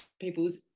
people's